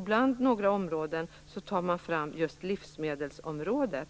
Bland dessa områden tar man fram just livsmedelsområdet.